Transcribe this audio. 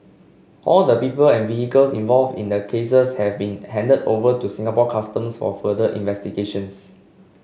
all the people and vehicles involved in the cases have been handed over to Singapore Customs for further investigations